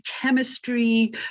chemistry